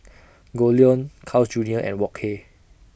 Goldlion Carl's Junior and Wok Hey